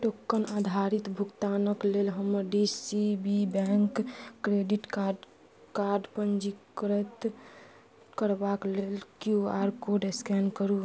token आधारित भुगतानके लेल हमर D C B bank credit card card पञ्जीकृत करबाक लेल क्यू आर कोड एस्कैन करू